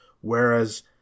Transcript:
Whereas